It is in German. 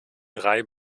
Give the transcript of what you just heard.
drei